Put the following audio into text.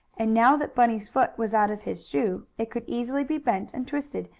and, now that bunny's foot was out of his shoe, it could easily be bent and twisted,